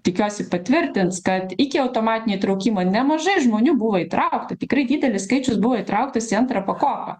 tikiuosi patvirtins kad iki automatinio įtraukimo nemažai žmonių buvo įtraukti tikrai didelis skaičius buvo įtrauktas į antrą pakopą